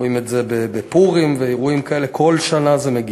התשע"ד 2014, קריאה ראשונה.